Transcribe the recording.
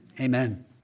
amen